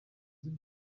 z’u